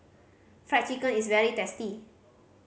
Fried Chicken is very tasty